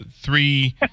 three